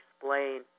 explain